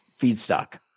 feedstock